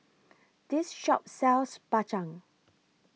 This Shop sells Bak Chang